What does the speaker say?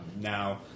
Now